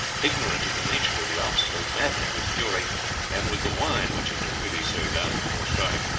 ignorant of the nature of the obstacle, maddened with fury and with the wine which had been freely served out before starting,